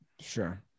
Sure